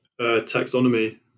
taxonomy